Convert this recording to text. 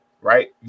right